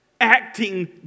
acting